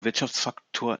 wirtschaftsfaktor